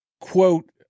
quote